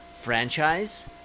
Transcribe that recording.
franchise